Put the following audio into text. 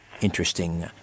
interesting